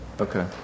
Okay